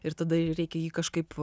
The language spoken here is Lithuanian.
ir tada jį reikia jį kažkaip